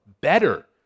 better